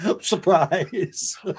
Surprise